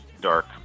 dark